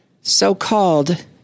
so-called